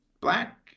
black